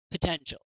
potential